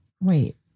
Wait